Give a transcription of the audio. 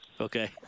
okay